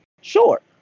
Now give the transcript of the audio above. sure